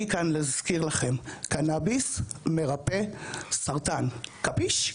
אני כאן להזכיר לכם, קנביס מרפא סרטן, קפיש?